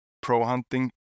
pro-hunting